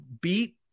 beat